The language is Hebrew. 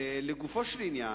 לגופו של עניין,